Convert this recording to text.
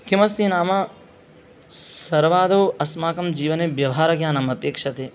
किमस्ति नाम सर्वादौ अस्माकं जीवने व्यवहारज्ञानमपेक्षते